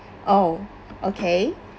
oh okay